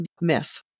miss